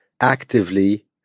actively